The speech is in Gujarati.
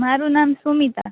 મારુ નામ સુમિતા